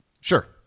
Sure